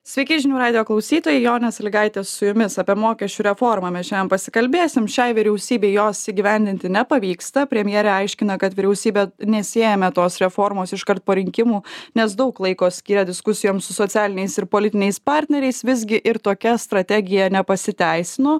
sveiki žinių radijo klausytojai jonas iligaitis su jumis apie mokesčių reformą mes šiandien pasikalbėsim šiai vyriausybei jos įgyvendinti nepavyksta premjerė aiškina kad vyriausybė nesiejame tos reformos iškart po rinkimų nes daug laiko skiria diskusijoms su socialiniais ir politiniais partneriais visgi ir tokia strategija nepasiteisino